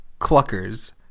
cluckers